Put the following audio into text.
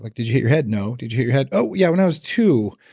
like did you hit your head? no. did you hit your head? oh, yeah when i was two.